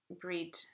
Breed